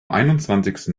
einundzwanzigsten